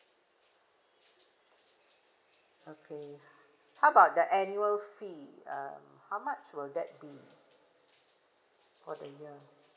okay how about the annual fee um how much will that be for a year